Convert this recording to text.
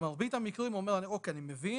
במרבית המקרים אומר אני מבין,